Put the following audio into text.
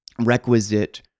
requisite